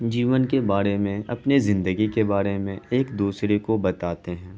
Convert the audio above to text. جیون کے بارے میں اپنی زندگی کے بارے میں ایک دوسرے کو بتاتے ہیں